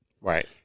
Right